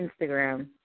Instagram